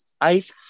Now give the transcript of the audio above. ice